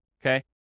okay